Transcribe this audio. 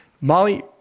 Molly